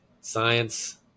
science